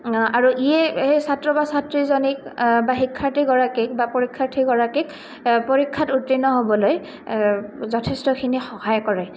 আৰু ইয়ে এই ছাত্ৰ বা ছাত্ৰীজনীক বা শিক্ষাৰ্থীগৰাকীক বা পৰীক্ষাৰ্থীগৰাকীক পৰীক্ষাত উত্তীৰ্ণ হ'বলৈ যথেষ্টখিনি সহায় কৰে